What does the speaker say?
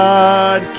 God